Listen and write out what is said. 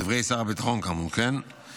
דברי שר הביטחון, כאמור, משימת